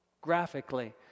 graphically